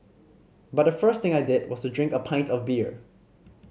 but the first thing I did was to drink a pint of beer